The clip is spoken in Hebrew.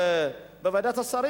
בוועדת השרים,